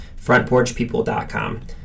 frontporchpeople.com